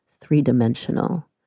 three-dimensional